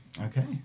Okay